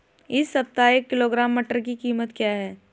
इस सप्ताह एक किलोग्राम मटर की कीमत क्या है?